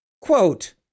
Quote